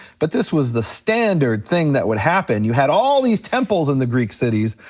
but this was the standard thing that would happen, you had all these temples in the greek cities,